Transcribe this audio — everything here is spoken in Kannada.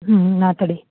ಹ್ಞೂ ಮಾತಾಡಿ